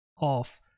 off